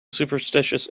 superstitious